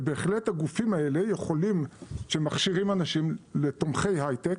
ובהחלט הגופים האלה יכולים שמכשירים אנשים לתומכי היי-טק,